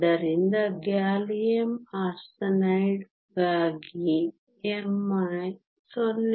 ಆದ್ದರಿಂದ ಗ್ಯಾಲಿಯಮ್ ಆರ್ಸೆನೈಡ್ಗಾಗಿ m¿ 0